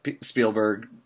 Spielberg